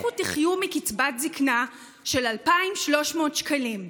לכו תחיו מקצבת זקנה של 2,300 שקלים.